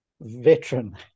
Veteran